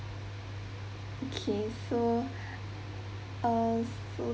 okay so uh